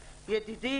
ידידי,